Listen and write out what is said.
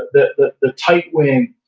the the tight wing,